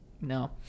No